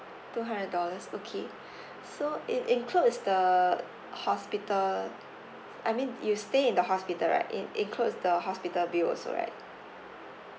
two hundred dollars okay so it includes the hospital I mean you stay in the hospital right in includes the hospital bill also right